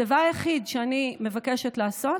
הדבר היחיד שאני מבקשת לעשות